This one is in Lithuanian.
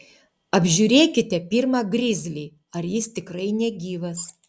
apžiūrėkite pirma grizlį ar jis tikrai negyvas